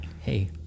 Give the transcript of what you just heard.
hey